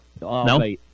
No